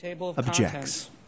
objects